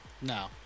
no